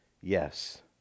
yes